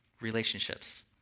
relationships